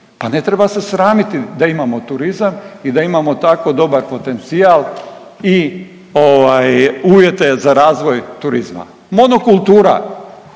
pa ne treba se sramiti da imamo turizam i da imamo tako dobar potencijal i ovaj uvjete za razvoj turizma. Monokultura,